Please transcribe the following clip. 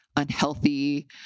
unhealthy